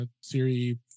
Siri